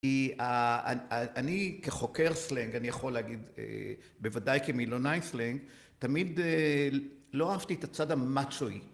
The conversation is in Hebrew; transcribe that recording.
אני כחוקר סלנג, אני יכול להגיד, בוודאי כמילונאי סלנג, תמיד לא אהבתי את הצד המאצ'ואי.